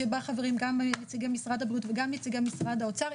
שבה חברים גם נציגי משרד הבריאות וגם נציגי משרד האוצר,